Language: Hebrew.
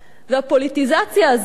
והפוליטיזציה הזאת,